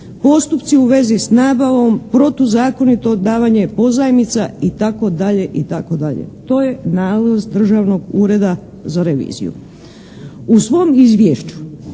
postupci u vezi s nabavom, protuzakonito davanje pozajmica, itd. To je nalaz Državnog ureda za reviziju. U svom izvješću